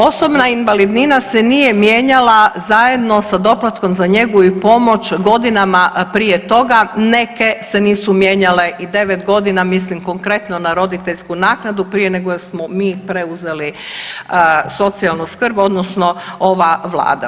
Osobna invalidnina se nije mijenjala zajedno sa doplatkom za njegu i pomoć godinama prije toga, neke se nisu mijenjale i 9 godina, mislim konkretno na roditeljsku naknadu, prije nego smo mi preuzeli socijalnu skrb, odnosno ova Vlada.